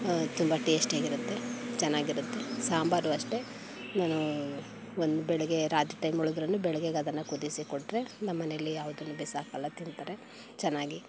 ತುಂಬ ಟೇಸ್ಟಿಯಾಗಿರುತ್ತೆ ಚೆನ್ನಾಗಿರುತ್ತೆ ಸಾಂಬಾರು ಅಷ್ಟೇ ನಾನು ಒಂದು ಬೆಳಗ್ಗೆ ರಾತ್ರಿ ಟೈಮ್ ಉಳಿದಿದ್ರೂನು ಬೆಳಗ್ಗೆಗೆ ಅದನ್ನು ಕುದಿಸಿ ಕೊಟ್ಟರೆ ನಮ್ಮನೆಯಲ್ಲಿ ಯಾವುನ್ನು ಬಿಸಾಕೋಲ್ಲ ತಿಂತಾರೆ ಚೆನ್ನಾಗಿ